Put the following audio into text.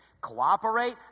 Cooperate